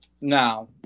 Now